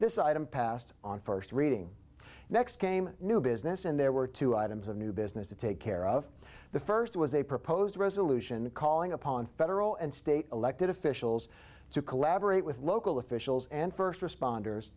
this item passed on first reading next came new business and there were two items of new business to take care of the first was a proposed resolution calling upon federal and state elected officials to collaborate with local officials and first responders